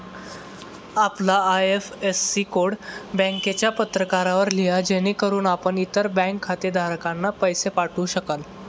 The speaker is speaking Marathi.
आपला आय.एफ.एस.सी कोड बँकेच्या पत्रकावर लिहा जेणेकरून आपण इतर बँक खातेधारकांना पैसे पाठवू शकाल